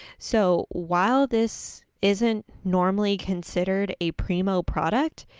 so, while this isn't normally considered a primo product,